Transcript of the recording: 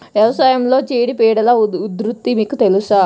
వ్యవసాయంలో చీడపీడల ఉధృతి మీకు తెలుసా?